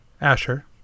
Asher